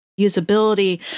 usability